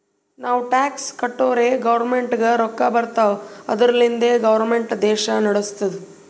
ನಾವು ಟ್ಯಾಕ್ಸ್ ಕಟ್ಟುರೇ ಗೌರ್ಮೆಂಟ್ಗ ರೊಕ್ಕಾ ಬರ್ತಾವ್ ಅದುರ್ಲಿಂದೆ ಗೌರ್ಮೆಂಟ್ ದೇಶಾ ನಡುಸ್ತುದ್